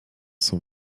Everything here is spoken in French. sont